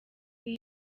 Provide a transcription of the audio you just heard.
iyo